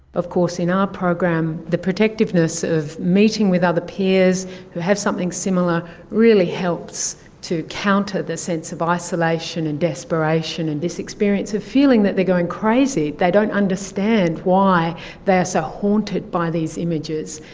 of course, in our program the protectiveness of meeting with other peers who have something similar really helps to counter the sense of isolation and desperation and this experience of feeling that they're going crazy. they don't understand why they are so haunted by these images,